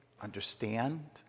understand